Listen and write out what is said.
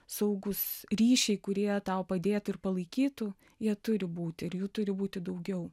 saugūs ryšiai kurie tau padėtų ir palaikytų jie turi būti ir jų turi būti daugiau